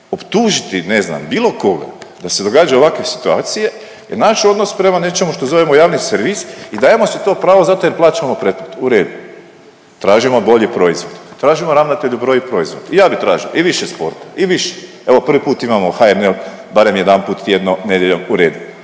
optužiti ne znam bilo koga da se događaju ovakve situacije je naš odnos prema nečemu što zovemo javni servis i dajemo si to pravo zato jer plaćamo pretplatu. U redu, tražimo bolji proizvod, tražimo ravnatelja bolji proizvod. I ja bih tražio i više sporta i više. Evo prvi put imamo HNL barem jedanput tjedno nedjeljom, u redu.